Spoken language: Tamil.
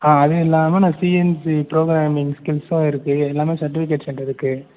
ஆ அதுவும் இல்லாமல் நான் சிஎன்சி ப்ரோக்ராமிங் ஸ்கில்ஸும் இருக்கு எல்லாமே சர்ட்டிஃபிகேட்ஸ் என்கிட்ட இருக்கு